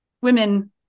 women